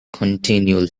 continual